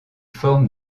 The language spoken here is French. forme